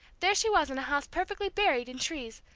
there she was in a house perfectly buried in trees,